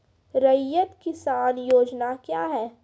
रैयत किसान योजना क्या हैं?